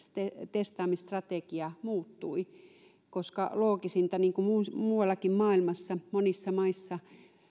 testaamisstrategia muuttui koska loogisinta on niin kuin muuallakin maailmassa monissa maissa